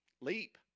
leap